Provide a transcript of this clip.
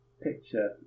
picture